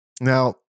Now